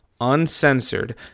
Uncensored